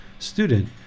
student